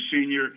senior